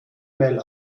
mail